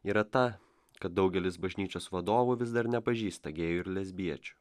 yra ta kad daugelis bažnyčios vadovų vis dar nepažįsta gėjų ir lesbiečių